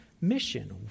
mission